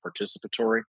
participatory